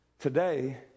today